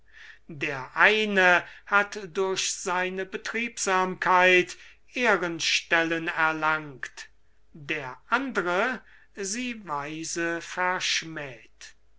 der eine hat durch seine betriebsamkeit ehrenstellen erlangt der andre sie weise verschmäht